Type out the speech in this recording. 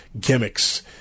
gimmicks